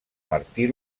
martí